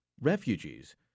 refugees